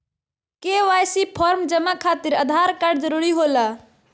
KYC form जमा खातिर Aadhaar card जरूरी होला?